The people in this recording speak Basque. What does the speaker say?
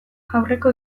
aurreko